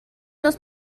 los